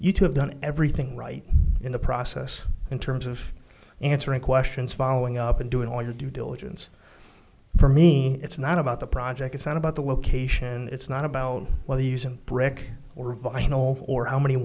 you to have done everything right in the process in terms of answering questions following up and doing all your due diligence for me it's not about the project it's not about the location it's not about whether using brick or vinyl or how many